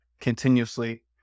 continuously